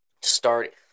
start